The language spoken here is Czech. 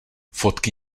fotky